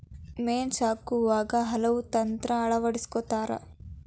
ಮೇನಾ ಸಾಕುವಾಗ ಹಲವು ತಂತ್ರಾ ಅಳವಡಸ್ಕೊತಾರ